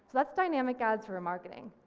so that's dynamic ads remarketing.